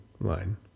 line